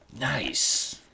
Nice